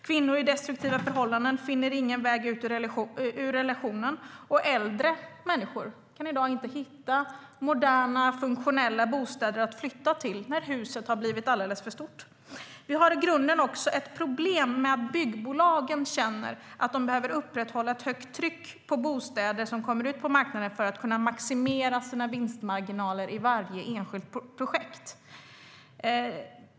Kvinnor i destruktiva förhållanden finner ingen väg ut ur relationen, och äldre människor kan i dag inte hitta moderna, funktionella bostäder att flytta till när huset har blivit alldeles för stort. Vi har i grunden också ett problem med att byggbolagen känner att de behöver upprätthålla ett högt tryck på bostäder som kommer ut på marknaden för att kunna maximera sina vinstmarginaler i varje enskilt projekt.